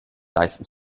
leisten